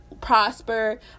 prosper